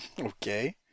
Okay